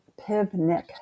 Pivnik